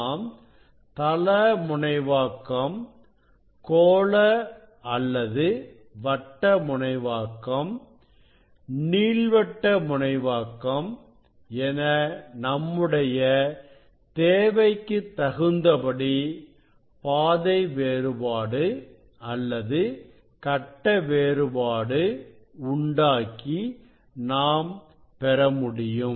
நாம் தள முனைவாக்கம் கோள அல்லது வட்ட முனைவாக்கம் நீள்வட்ட முனைவாக்கம் என நம்முடைய தேவைக்குத் தகுந்தபடி பாதை வேறுபாடு அல்லது கட்ட வேறுபாடு உண்டாக்கி நாம் பெற முடியும்